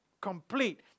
Complete